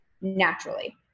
naturally